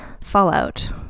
fallout